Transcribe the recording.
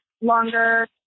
longer